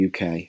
UK